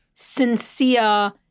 sincere